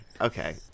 Okay